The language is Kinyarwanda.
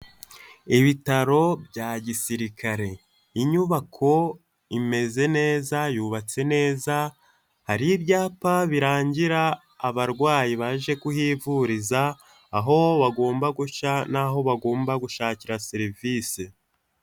Ibitaro bya Gisirikare. Inyubako imeze neza, yubatse neza, hari ibyapa birangira abarwayi baje kuhivuriza, aho bagomba guca n'aho bagomba gushakira serivise.